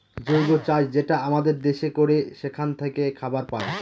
জৈব চাষ যেটা আমাদের দেশে করে সেখান থাকে খাবার পায়